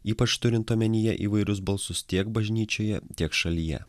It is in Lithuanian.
ypač turint omenyje įvairius balsus tiek bažnyčioje tiek šalyje